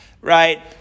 right